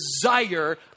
desire